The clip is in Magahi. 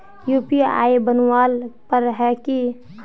यु.पी.आई बनावेल पर है की?